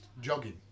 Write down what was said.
jogging